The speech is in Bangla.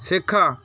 শেখা